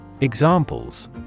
Examples